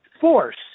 Force